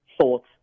thoughts